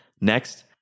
Next